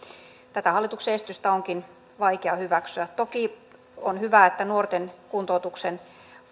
tätä hallituksen esitystä onkin vaikea hyväksyä toki on hyvä että nuorten kuntoutuksen